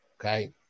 okay